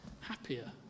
happier